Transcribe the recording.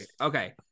Okay